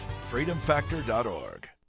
Freedomfactor.org